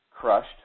crushed